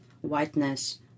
whiteness